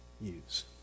Use